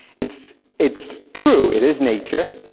it's it's true, it is nature,